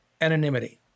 anonymity